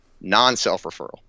non-self-referral